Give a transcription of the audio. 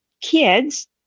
kids